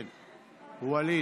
כן, ווליד.